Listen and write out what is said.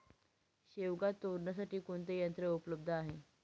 शेवगा तोडण्यासाठी कोणते यंत्र उपलब्ध आहे?